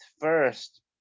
first